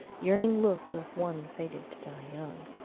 yearning look of one fated to die young.